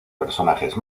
personajes